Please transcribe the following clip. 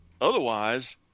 Otherwise